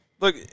look